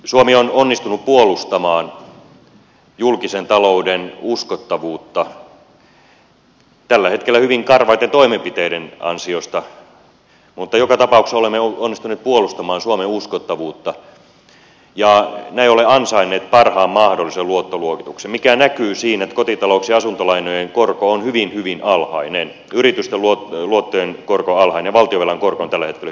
suomi on onnistunut puolustamaan julkisen talouden uskottavuutta tällä hetkellä hyvin karvaitten toimenpiteiden ansiosta mutta joka tapauksessa olemme onnistuneet puolustamaan suomen uskottavuutta ja näin ollen ansainneet parhaan mahdollisen luottoluokituksen mikä näkyy siinä että kotitalouksien asuntolainojen korko on hyvin hyvin alhainen ja yritysten luottojen korko on alhainen ja valtionvelan korko on tällä hetkellä hyvin alhainen